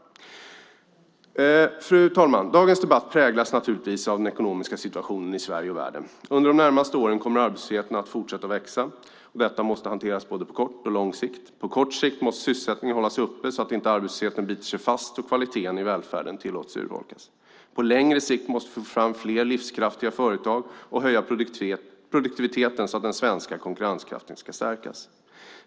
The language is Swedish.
Fru talman! Dagens debatt präglas naturligtvis av den ekonomiska situationen i Sverige och världen. Under de närmaste åren kommer arbetslösheten att fortsätta att växa. Det måste hanteras på både kort och lång sikt. På kort sikt måste sysselsättningen hållas uppe så att inte arbetslösheten biter sig fast och kvaliteten i välfärden tillåts urholkas. På längre sikt måste vi få fram fler livskraftiga företag och höja produktiviteten så att den svenska konkurrenskraften stärks.